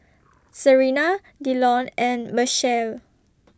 Serina Dillon and Machelle